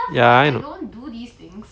ya I kn~